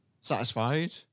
satisfied